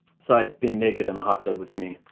besides being naked in a hot tub with me.